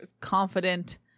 confident